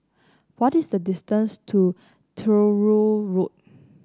what is the distance to Truro Road